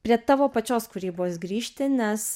prie tavo pačios kūrybos grįžti nes